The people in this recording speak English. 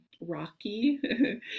rocky